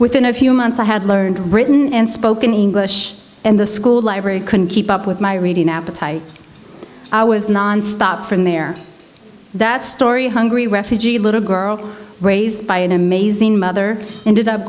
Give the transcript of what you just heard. within a few months i had learned written and spoken english in the school library couldn't keep up with my reading appetite i was nonstop from there that story hungry refugee little girl raised by an amazing mother ended up